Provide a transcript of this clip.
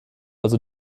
also